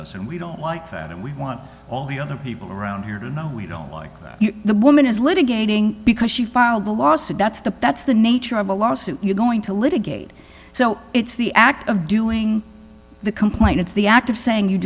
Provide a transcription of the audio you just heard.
us and we don't like that and we want all the other people around here to know we don't like the woman is litigating because she filed the lawsuit that's the that's the nature of a lawsuit you're going to litigate so it's the act of doing the complaint it's the act of saying you